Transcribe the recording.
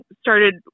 started